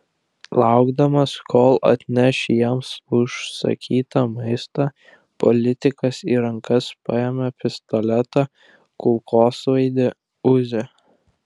laukdamas kol atneš jiems užsakytą maistą politikas į rankas paėmė pistoletą kulkosvaidį uzi